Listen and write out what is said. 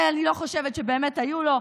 שאני לא חושבת שבאמת היו לו,